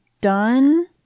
Done